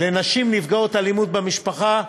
נפגעות אלימות במשפחה,